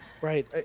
right